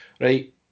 Right